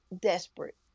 desperate